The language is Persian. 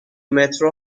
مترو